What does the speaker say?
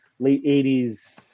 late-'80s